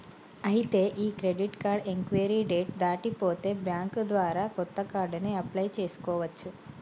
ఐతే ఈ credit card expiry date దాటి పోతే బ్యాంక్ ద్వారా కొత్త కార్డుని అప్లయ్ చేసుకోవచ్చు